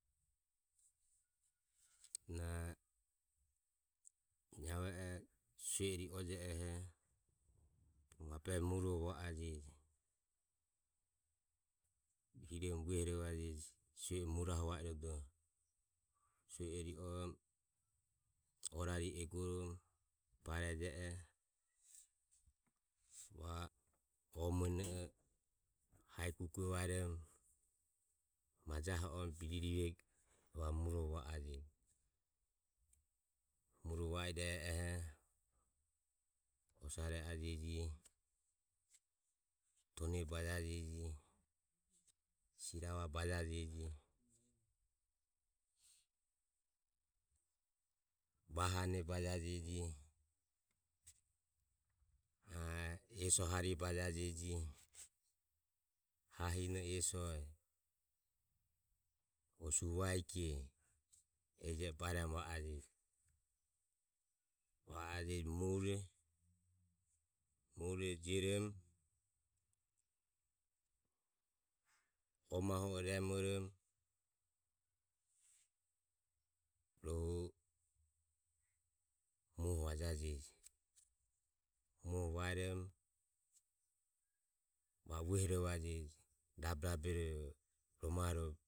Na niave oho sue o ri oje oho bogo mabureroho mure va aje. Hiromo uehorovaje sue o mu rahu va irodoho sue o ri oromo orari e egororomo bareje oho va o o mueno hae kuku vaeromo maja ho oromo biririvego evare muro va ajeje. Muro va ire e oho osare e ajeje tone bajajeje siravae bajajeje vahane bajajeje eso harihe bajajeje ha hine esoe o suvakie ehije e baeromo va ajeje. Va ajeje mure mure jioromo o mahu e remoromo rohu muoho vajajeje. Muho vaeomo va o uehorovajeje rabe rabe rue ro maho o e